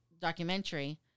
documentary